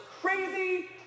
crazy